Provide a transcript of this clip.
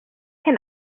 can